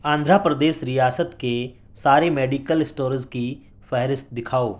آندھرا پردیس ریاست کے سارے میڈیکل اسٹورز کی فہرست دکھاؤ